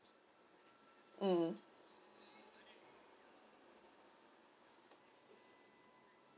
mm